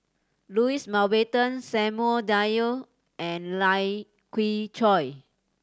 Louis Mountbatten Samuel Dyer and Lai Kew Chai